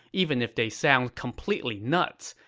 even if they sound completely nuts.